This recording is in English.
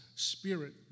spirit